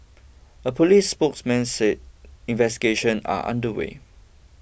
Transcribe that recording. a police spokesman said investigations are under way